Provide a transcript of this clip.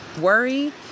worry